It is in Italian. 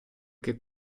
che